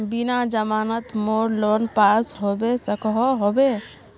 बिना जमानत मोर लोन पास होबे सकोहो होबे?